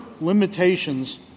limitations